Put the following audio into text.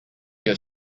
your